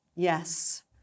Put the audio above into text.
Yes